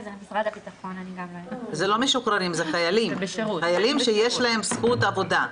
אלו חיילים שיש להם זכות עבודה.